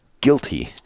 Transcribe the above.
guilty